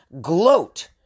gloat